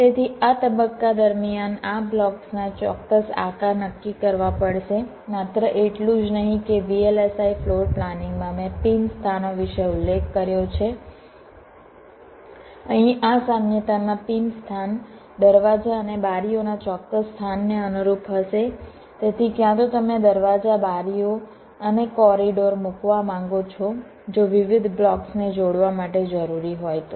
તેથી આ તબક્કા દરમિયાન આ બ્લોક્સના ચોક્કસ આકાર નક્કી કરવા પડશે માત્ર એટલું જ નહીં કે VLSI ફ્લોર પ્લાનિંગમાં મેં પિન સ્થાનો વિશે ઉલ્લેખ કર્યો છે અહીં આ સામ્યતામાં પિન સ્થાન દરવાજા અને બારીઓના ચોક્કસ સ્થાનને અનુરૂપ હશે તેથી ક્યાં તમે દરવાજા બારીઓ અને કોરિડોર મૂકવા માંગો છો જો વિવિધ બ્લોક્સને જોડવા માટે જરૂરી હોય તો